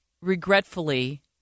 Regretfully